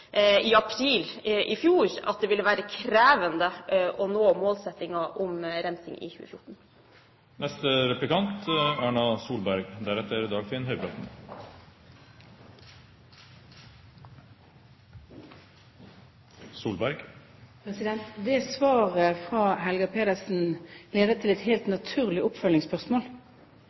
i april i fjor at det ville være krevende å nå målsettingen om rensing i 2014. Det svaret fra Helga Pedersen leder til et helt naturlig oppfølgingsspørsmål.